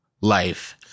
life